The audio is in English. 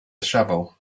shovel